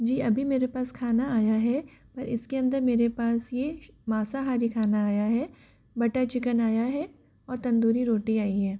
जी अभी मेरे पास खाना आया है पर इसके अंदर मेरे पास ये माँसाहारी खाना आया है बटर चिकन आया है और तंदूरी रोटी आई है